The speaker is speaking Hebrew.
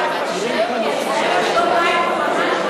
שלום-בית ממש,